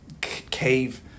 cave